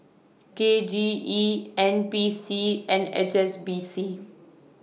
K J E N P C and H S B C